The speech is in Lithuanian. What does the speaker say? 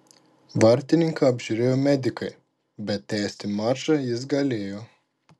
vartininką apžiūrėjo medikai bet tęsti mačą jis galėjo